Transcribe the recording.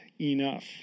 enough